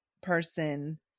person